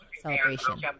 celebration